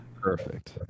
Perfect